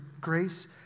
grace